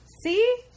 See